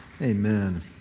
Amen